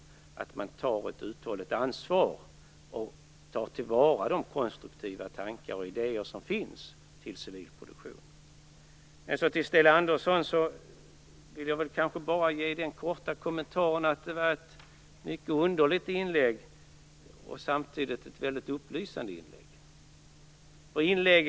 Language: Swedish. Staten skall ta ett uthålligt ansvar och ta till vara de konstruktiva tankar och idéer som finns om civilproduktion. Jag vill bara göra en kort kommentar till Sten Andersson. Det var ett mycket underligt inlägg, och samtidigt ett väldigt upplysande inlägg.